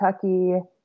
Kentucky